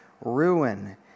ruin